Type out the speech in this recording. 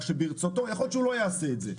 יכול להיות שהוא לא יעשה את זה,